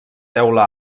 teula